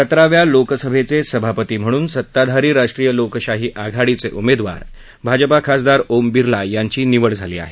सतराव्या लोकसभेचे सभापती म्हणून सत्ताधारी राष्ट्रीय लोकशाही आघाडीचे उमेदवार भाजपा खासदार ओम बिर्ला यांची निवड झाली आहे